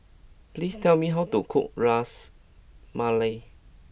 please tell me how to cook Ras Malai